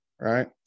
right